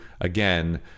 again